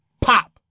pop